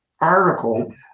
article